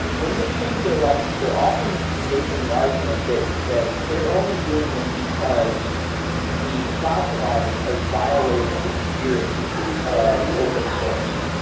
when they change their license, they're often making the argument that that they're only doing this because the cloud providers have violated the spirit of open source.